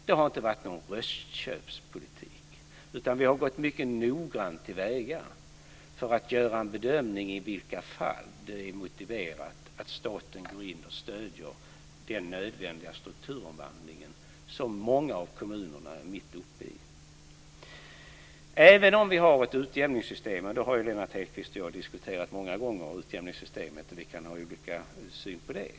Det har inte varit någon röstköpspolitik, utan vi har gått mycket noggrant till väga för att göra en bedömning av i vilka fall det är motiverat att staten går in och stöder den nödvändiga strukturomvandling som många av kommunerna är mitt uppe i. Lennart Hedquist och jag har diskuterat utjämningssystemet många gånger, och vi kan ha olika syn på det.